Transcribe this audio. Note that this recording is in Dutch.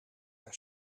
haar